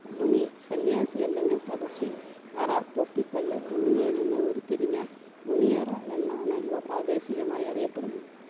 മുനി സന്യാസി അല്ലെങ്കിൽ തപസ്വി അറ തൊപ്പിക്കല്ല് എന്നിവയിൽ നിന്ന് ഉരുത്തിരിഞ്ഞ മുനിയറ എന്നാണ് ഇവ പ്രാദേശികമായി അറിയപ്പെടുന്നത്